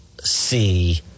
see